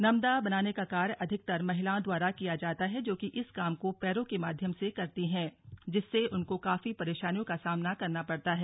नमदा बनाने का कार्य अधिकतर महिलाओं द्वारा किया जाता हैं जोकि इस काम को पैरों के माध्यम से करती हैं जिससे उनको काफी परेशानियों का सामना करना पड़ता है